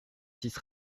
six